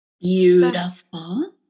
Beautiful